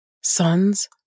Sons